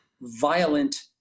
violent